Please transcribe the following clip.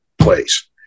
place